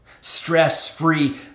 Stress-free